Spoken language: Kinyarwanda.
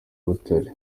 butare